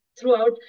throughout